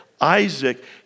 Isaac